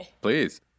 Please